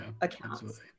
accounts